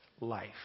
life